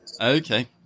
Okay